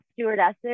stewardesses